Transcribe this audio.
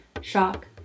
shock